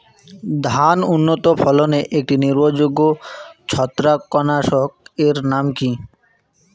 ধান উন্নত ফলনে একটি নির্ভরযোগ্য ছত্রাকনাশক এর নাম কি?